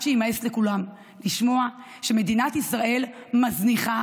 שיימאס לכולם לשמוע שמדינת ישראל מזניחה